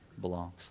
belongs